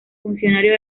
funcionario